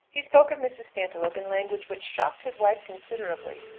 he spoke of mrs. stantiloup in language which shocked his wife considerably,